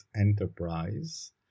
enterprise